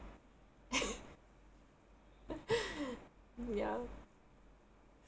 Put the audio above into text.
ya